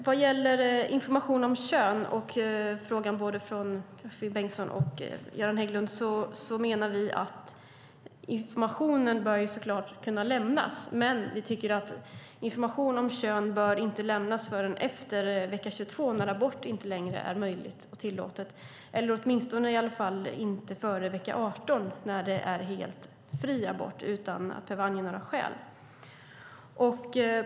Vad gäller information om kön och frågan från Finn Bengtsson och Göran Hägglund menar vi att information såklart bör kunna lämnas, men vi tycker att information om kön inte bör lämnas förrän efter vecka 22 när abort inte längre är möjlig eller tillåten, eller åtminstone i alla fall inte före vecka 18 när det är helt fri abort utan att man ska behöva ange några skäl.